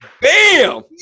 bam